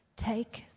take